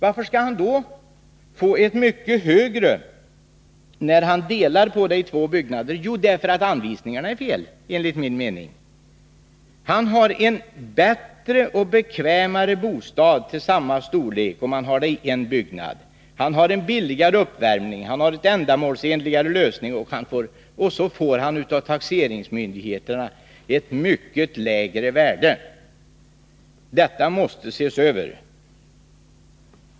Varför skall han då få ett högre värde när han delar upp bostaden på två byggnader? Jo, därför att anvisningarna enligt min mening är felaktiga. Han får en bättre och bekvämare bostad i samma storlek, om det hela ligger i en byggnad. Han får billigare uppvärmning och en ändamålsenligare lösning, och dessutom får han av taxeringsmyndigheterna ett mycket lägre värde. Detta måste ses över.